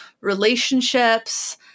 relationships